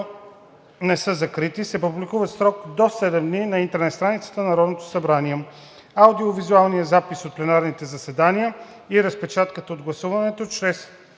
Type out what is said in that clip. не са закрити, се публикуват в срок до 7 дни на интернет страницата на Народното събрание. Аудио-визуалният запис от пленарните заседания и разпечатката от гласуването чрез